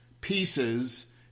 pieces